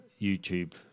YouTube